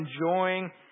enjoying